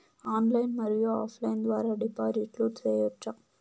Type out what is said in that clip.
Online మరియు offline ద్వారా డిపాజిట్లు సేయొచ్చా?